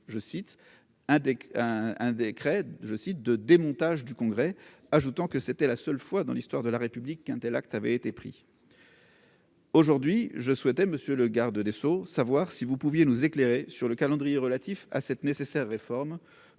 je cite, de démontage du Congrès, ajoutant que c'était la seule fois dans l'histoire de la République, un tel acte avait été pris. Aujourd'hui, je souhaitais monsieur le garde des Sceaux, savoir si vous pouviez nous éclairer sur le calendrier relatif à cette nécessaire réforme